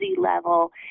level